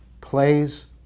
plays